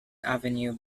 avenue